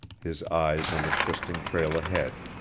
his eyes on the twisting trail ahead.